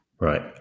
Right